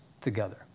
together